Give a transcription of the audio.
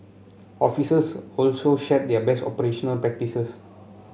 officers also shared their best operational practices